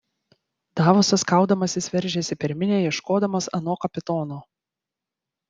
davosas kaudamasis veržėsi per minią ieškodamas ano kapitono